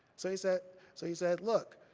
so he said, so he said, look,